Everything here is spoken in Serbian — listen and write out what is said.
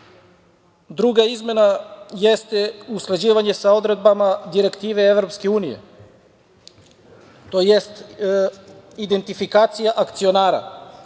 druga izmena jeste usklađivanje sa odredbama direktive EU, tj. identifikacija akcionara